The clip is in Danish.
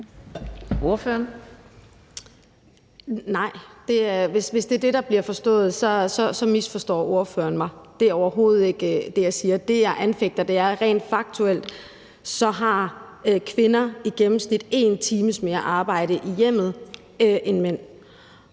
hvis det er det, der bliver forstået, så misforstår ordføreren mig. Det er overhovedet ikke det, jeg siger. Det, jeg anfægter, er, at kvinder rent faktuelt i gennemsnit har en times mere arbejde i hjemmet end mænd,